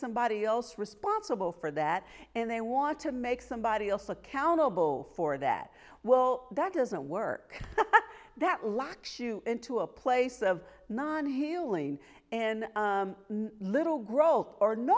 somebody else responsible for that and they want to make somebody else accountable for that well that doesn't work but that locks you into a place of not healing and little growth or no